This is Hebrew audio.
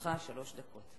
לרשותך שלוש דקות.